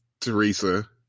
Teresa